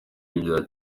ibya